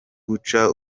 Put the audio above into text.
guca